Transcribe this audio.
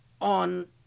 on